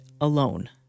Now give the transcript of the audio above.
alone